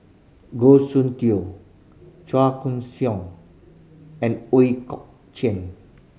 Goh Soon Tioe Chua Koon Siong and Ooi Kok Chuen